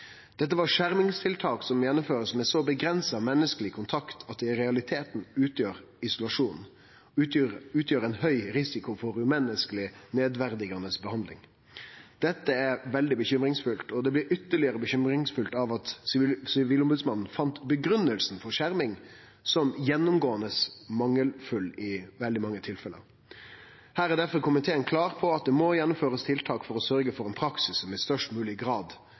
Dette var skjermingstiltak som blir gjennomførte med så avgrensa menneskeleg kontakt at det i realiteten utgjer isolasjon, og det utgjer ein høg risiko for umenneskeleg og nedverdigande behandling. Dette er veldig urovekkjande, og det blir ytterlegare urovekkjande når Sivilombodsmannen fann grunngivinga for skjerming som gjennomgåande mangelfull i veldig mange tilfelle. Her er derfor komiteen klar på at det må gjennomførast tiltak for å sørgje for ein praksis som i størst mogleg grad